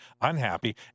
unhappy